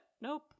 nope